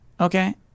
Okay